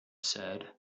said